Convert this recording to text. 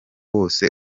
wose